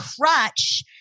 crutch